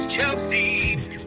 Chelsea